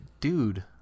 dude